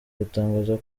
gutangaza